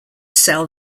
sell